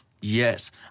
Yes